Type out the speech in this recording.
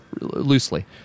loosely